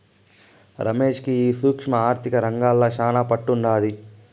రమేష్ కి ఈ సూక్ష్మ ఆర్థిక రంగంల శానా పట్టుండాది